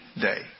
day